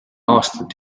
aastat